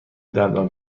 دندان